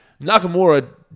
Nakamura